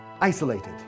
isolated